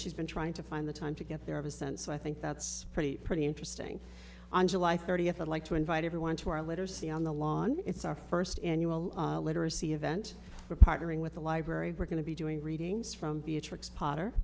she's been trying to find the time to get there of a sense i think that's pretty pretty interesting on july thirtieth would like to invite everyone to our literacy on the lawn it's our first annual literacy event we're partnering with the library we're going to be doing readings from beatrix potter